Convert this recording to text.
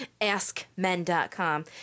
AskMen.com